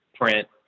print